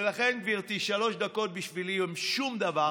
ולכן, גברתי, שלוש דקות בשבילי הן שום דבר.